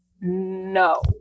No